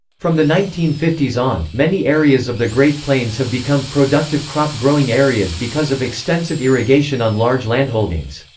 from the nineteen fifty s on, many areas of the great plains have become productive crop-growing areas because of extensive irrigation on large landholdings.